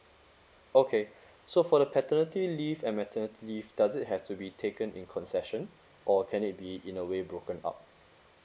okay so for the paternity leave and maternity leave does it have to be taken in concession or can it be in a way broken up